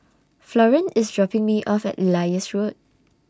Florian IS dropping Me off At Elias Road